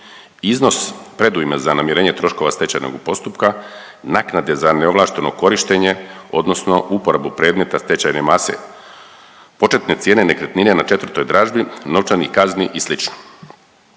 iznos predujma za namirenje troškova stečajnog postupka, naknade za neovlašteno korištenje odnosno uporabu predmeta stečajne mase, početne cijene nekretnine na četvrtoj dražbi, novčanih kazni i sl..